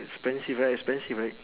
expensive right expensive right